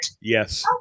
Yes